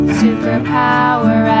superpower